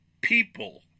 people